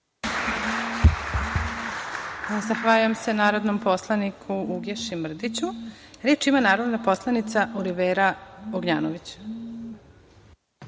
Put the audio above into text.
Zahvaljujem se narodnom poslaniku Uglješi Mrdiću. Reč ima narodna poslanica Olivera Ognjanović. Izvolite.